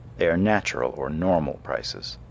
they are natural or normal prices.